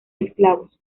esclavos